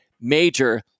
major